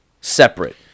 separate